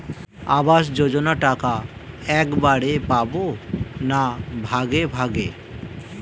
আবাস যোজনা টাকা একবারে পাব না ভাগে ভাগে?